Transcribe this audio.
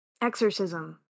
exorcism